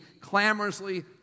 clamorously